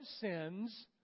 sins